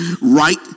right